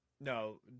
No